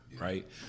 right